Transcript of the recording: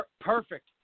perfect